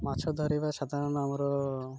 ମାଛ ଧରିବା ସାଧାରଣତଃ ଆମର